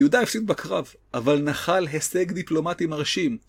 יהודה הפסיד בקרב, אבל נחל הישג דיפלומטי מרשים.